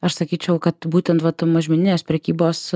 aš sakyčiau kad būtent vat tų mažmeninės prekybos